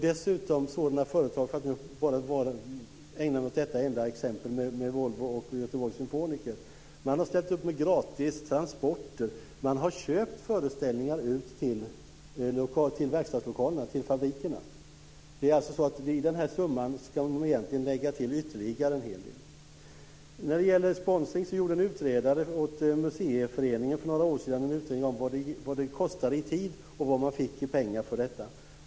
Dessutom, för att enbart ägna mig åt exemplet Volvo och Göteborgs symfoniker: Man har ställt upp med gratistransporter och man har köpt föreställningar ut till verkstadslokalerna, till fabrikerna. I summan ska alltså egentligen ytterligare en hel del läggas till. För några år sedan gjorde en utredare en utredning åt Svenska museiföreningen om vad det kostat i tid och vad man fått i pengar för detta.